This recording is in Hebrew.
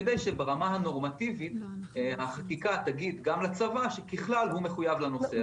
כדי שברמה הנורמטיבית החקיקה תגיד גם לצבא שככלל הוא מחויב לנושא הזה.